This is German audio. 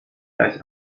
gleich